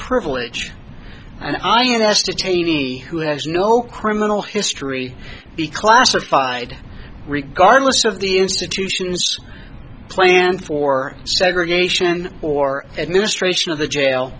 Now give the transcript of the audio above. privilege and ins to cheney who has no criminal history be classified regardless of the institutions planned for segregation or administration of the jail